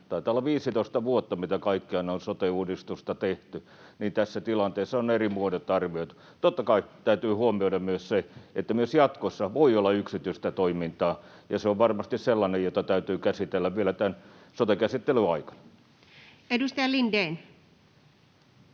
taitaa olla 15 vuotta, mitä kaikkiaan on sote-uudistusta tehty — tässä tilanteessa on ne eri muodot arvioitu. Totta kai täytyy huomioida myös se, että myös jatkossa voi olla yksityistä toimintaa, ja se on varmasti sellainen, jota täytyy käsitellä vielä tämän sote-käsittelyn aikana. [Speech 98]